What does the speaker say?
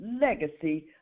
legacy